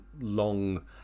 long